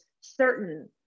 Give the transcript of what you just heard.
certain